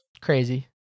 crazy